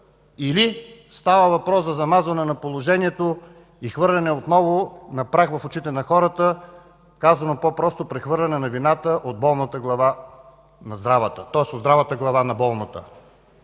или става въпрос за замазване на положението и хвърляне отново на прах в очите на хората, казано по-просто – прехвърляне на вината от здравата глава на болната.